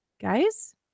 guys